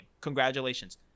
Congratulations